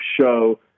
show